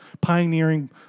pioneering